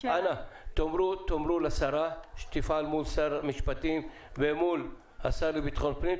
תאמרו לשרה שתפעל מול שר המשפטים ומול השר לביטחון פנים,